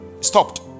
Stopped